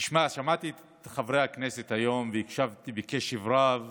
שמעתי את חברי הכנסת היום והקשבתי בקשב רב